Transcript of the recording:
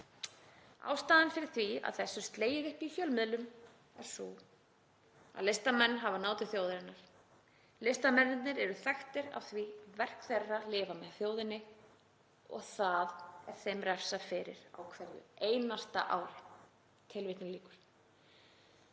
Ástæðan fyrir því að þessu er slegið upp í fjölmiðlum er sú að listamenn hafa náð til þjóðarinnar. Listamennirnir eru þekktir af því að verk þeirra lifa með þjóðinni. Og það er þeim refsað fyrir á hverju einasta ári.“